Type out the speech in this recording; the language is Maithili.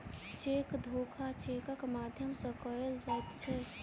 चेक धोखा चेकक माध्यम सॅ कयल जाइत छै